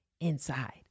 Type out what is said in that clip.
inside